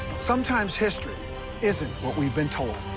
sometimes history isn't what we've been told.